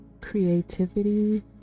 Creativity